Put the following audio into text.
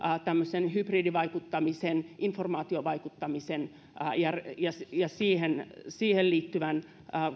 tämmöisen hybridivaikuttamisen informaatiovaikuttamisen ja ja siihen siihen liittyvän